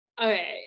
Okay